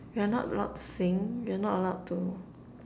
we're not allowed to sing we're not allowed to